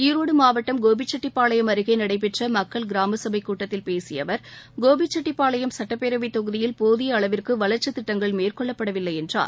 ஈரோடு மாவட்டம் கோபிசெட்டிப்பாளையம் அருகே நடைபெற்ற மக்கள் கிராம சபை கூட்டத்தில் பேசிய அவர் கோபி சுட்டிப்பாளையம் சட்டப்பேரவை தொகுதியில் போதிய அளவிற்கு வளர்ச்சி திட்டங்கள் மேற்கொள்ளப்படவில்லை என்றார்